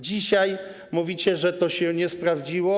Dzisiaj mówicie, że to się nie sprawdziło.